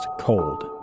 cold